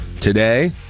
today